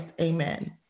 Amen